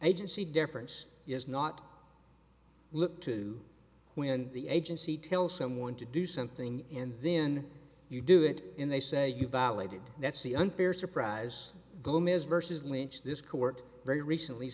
agency difference is not look to when the agency tells someone to do something in then you do it in they say you violated that's the unfair surprise glume is versus lynch this court very recently